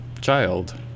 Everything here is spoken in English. child